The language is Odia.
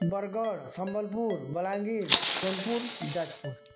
ବରଗଡ଼ ସମ୍ବଲପୁର ବଲାଙ୍ଗୀର ସୋନପୁର ଯାଜପୁର